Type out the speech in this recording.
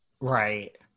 Right